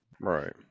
Right